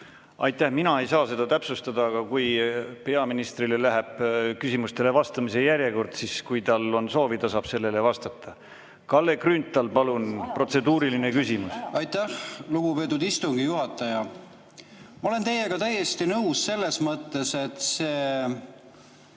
Aitäh, mina ei saa seda täpsustada, aga kui peaministrile läheb küsimustele vastamise järjekord, siis, kui tal on soovi, ta saab sellele vastata. Kalle Grünthal, palun, protseduuriline küsimus! Aitäh, lugupeetud istungi juhataja! Ma olen teiega täiesti nõus selles mõttes, et